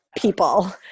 people